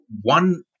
one